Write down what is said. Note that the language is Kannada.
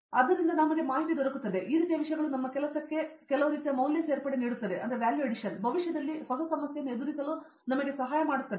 ಆದ್ದರಿಂದ ಈ ರೀತಿಯ ವಿಷಯಗಳು ನಮ್ಮ ಕೆಲಸಕ್ಕೆ ಕೆಲವು ರೀತಿಯ ಮೌಲ್ಯ ಸೇರ್ಪಡೆ ನೀಡುತ್ತದೆ ಮತ್ತು ಭವಿಷ್ಯದಲ್ಲಿ ಹೊಸ ಸಮಸ್ಯೆಯನ್ನು ಎದುರಿಸಲು ಸಹಾಯ ಮಾಡುತ್ತದೆ